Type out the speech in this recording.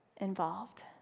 involved